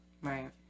Right